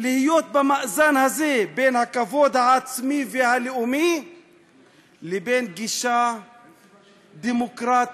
להיות במאזן הזה בין הכבוד העצמי והלאומי לבין גישה דמוקרטית,